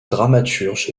dramaturge